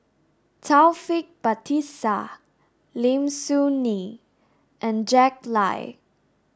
Taufik Batisah Lim Soo Ngee and Jack Lai